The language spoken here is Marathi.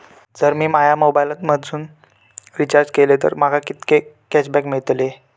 जर मी माझ्या मोबाईल मधन रिचार्ज केलय तर माका कितके कॅशबॅक मेळतले?